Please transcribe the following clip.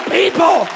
people